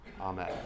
Amen